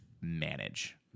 manage